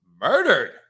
murdered